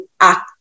act